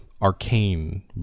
arcane